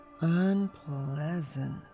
Unpleasant